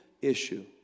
issue